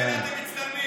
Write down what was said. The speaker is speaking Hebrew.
עם כאלה אתם מצטלמים.